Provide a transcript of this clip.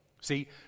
see